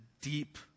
deep